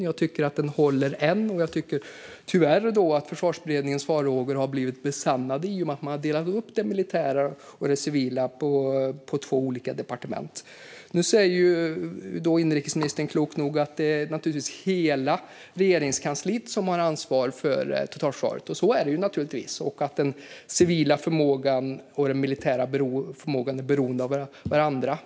Jag tycker att denna slutsats håller än, och jag tycker tyvärr att Försvarsberedningens farhågor har blivit besannade i och med att man har delat upp det militära och det civila på två olika departement. Nu säger inrikesministern, klokt nog, att det är hela Regeringskansliet som har ansvar för totalförsvaret. Så är det naturligtvis. Det är också så att den civila förmågan och den militära förmågan är beroende av varandra.